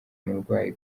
umurwayi